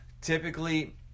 typically